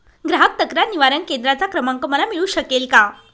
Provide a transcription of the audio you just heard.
ग्राहक तक्रार निवारण केंद्राचा क्रमांक मला मिळू शकेल का?